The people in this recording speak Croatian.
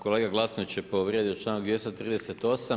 Kolega Glasnović je povrijedio članak 238.